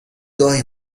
گاهی